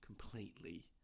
completely